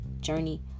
journey